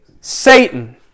Satan